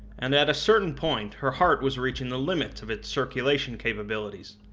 and at a certain point, her heart was reaching the limits of its circulation capabilties.